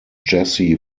jesse